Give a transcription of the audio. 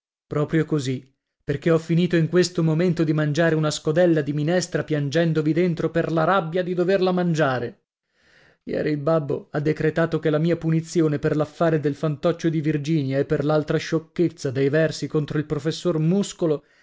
proprio così perché ho finito in questo momento di mangiare una scodella di minestra piangendovi dentro per la rabbia di doverla mangiare il babbo ieri ha decretato che la mia punizione per l'affare del fantoccio di virginia e per l'altra sciocchezza dei versi contro il professor muscolo